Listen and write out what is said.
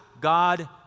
God